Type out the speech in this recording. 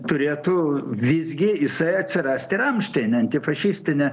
turėtų visgi jisai atsirasti ramštaine antifašistine